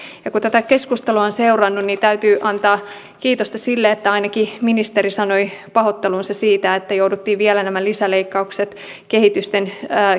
kun tätä keskustelua on seurannut niin täytyy antaa kiitosta sille että ainakin ministeri sanoi pahoittelunsa siitä että jouduttiin vielä nämä lisäleikkaukset